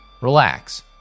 relax